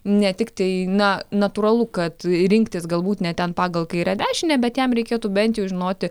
ne tik tai na natūralu kad rinktis galbūt ne ten pagal kairę dešinę bet jam reikėtų bent jau žinoti